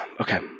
Okay